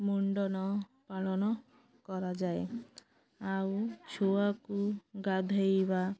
ମୁଣ୍ଡନ ପାଳନ କରାଯାଏ ଆଉ ଛୁଆକୁ ଗାଧେଇବା